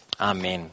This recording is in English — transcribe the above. Amen